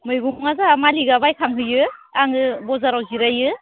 मैगङा जाहा मालिखआ बायखांहैयो आङो बाजाराव जिरायो